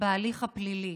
בהליך הפלילי.